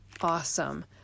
awesome